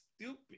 stupid